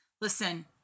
Listen